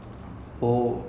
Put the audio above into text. or was it david two